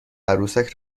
عروسک